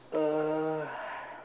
uh